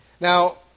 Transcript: Now